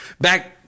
back